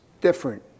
different